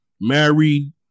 married